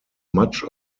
much